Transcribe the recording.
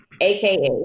aka